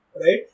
right